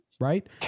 Right